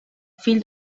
fill